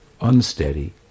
unsteady